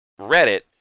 Reddit